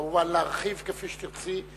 כמובן, להרחיב כפי שתרצי.